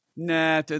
Nah